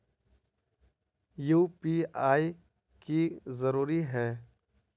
UPI की जरूरी है?